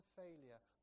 failure